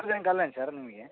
ಅರ್ಜೆಂಟಲ್ಲೇನು sir ನಿಮಗೆ